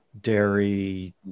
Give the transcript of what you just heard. dairy